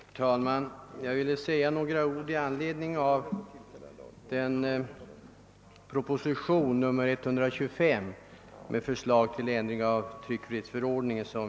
Herr talman! Jag vill säga några ord i anledning av propositionen 125 med förslag till ändring i tryckfrihetsförordningen.